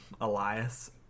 Elias